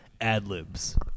ad-libs